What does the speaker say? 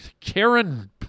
Karen